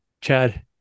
Chad